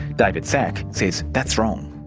david szach, says that's wrong.